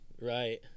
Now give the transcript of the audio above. Right